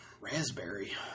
raspberry